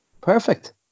Perfect